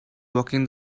walking